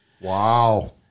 Wow